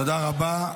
תודה רבה.